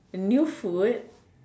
new food